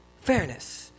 Fairness